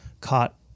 caught